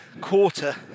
quarter